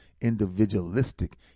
individualistic